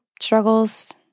struggles